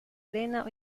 arena